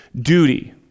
duty